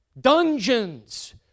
Dungeons